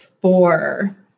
four